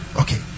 Okay